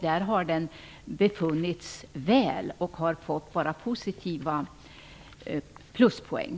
Där har den befunnits väl och bara fått pluspoäng.